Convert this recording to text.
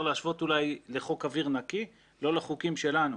להשוות אולי לחוק אוויר נקי ולא לחוקים שלנו.